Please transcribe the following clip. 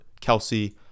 Kelsey